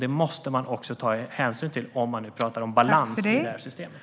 Det måste man också ta hänsyn till, om man nu talar om balans i systemet.